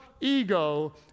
ego